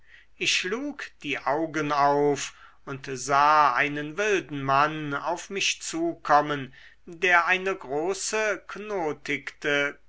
ich schlug die augen auf und sah einen wilden mann auf mich zukommen der eine große knotigte